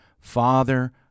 Father